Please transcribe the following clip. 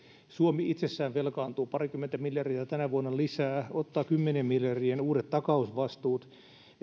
suomi itsessään velkaantuu parikymmentä miljardia tänä vuonna lisää ottaa kymmenien miljardien uudet takausvastuut